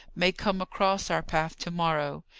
may come across our path to-morrow.